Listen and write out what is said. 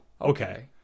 Okay